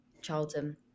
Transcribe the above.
Charlton